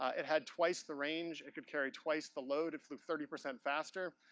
it had twice the range. it could carry twice the load. it flew thirty percent faster.